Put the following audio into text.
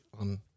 On